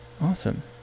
Awesome